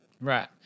Right